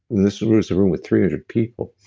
this room so room with three hundred people,